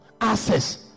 access